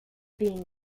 being